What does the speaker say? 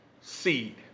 seed